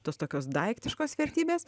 tos tokios daiktiškos vertybės